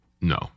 no